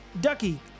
Ducky